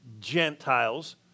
Gentiles